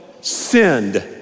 sinned